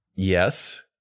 Yes